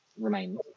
remains